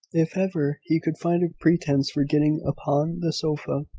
if ever he could find a pretence for getting upon the sofa.